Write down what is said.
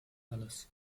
alles